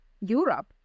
Europe